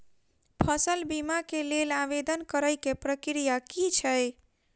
फसल बीमा केँ लेल आवेदन करै केँ प्रक्रिया की छै?